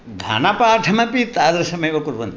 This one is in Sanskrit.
घनपाठमपि तादृशमेव कुर्वन्ति